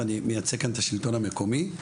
ואני מייצג כאן את השלטון המקומי.